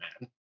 man